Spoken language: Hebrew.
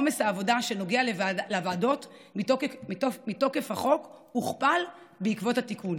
עומס העבודה שנוגע לוועדות מתוקף החוק הוכפל בעקבות התיקון.